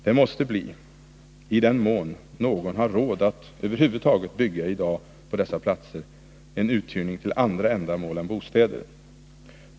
Det måste bli — i den mån någon över huvud taget har råd att bygga på dessa platser i dag — en uthyrning till andra ändamål än bostäder.